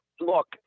look